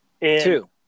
two